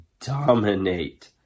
dominate